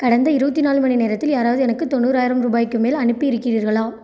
கடந்த இருபத்தி நாலு மணி நேரத்தில் யாராவது எனக்கு தொண்ணூறாயிரம் ரூபாய்க்கு மேல் அனுப்பி இருக்கிறீர்களா